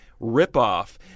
ripoff